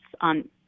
on